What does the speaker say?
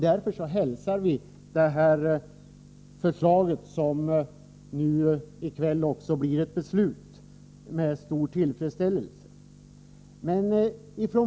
Vi hälsar av den anledningen förslaget, som i kväll kommer att antas, med stor tillfredsställelse.